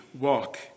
walk